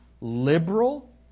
liberal